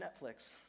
netflix